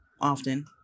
often